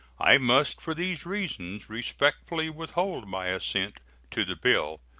i must for these reasons respectfully withhold my assent to the bill.